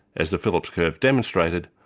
as the phillips curve demonstrated,